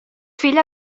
filla